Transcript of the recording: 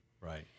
Right